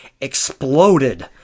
exploded